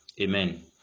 amen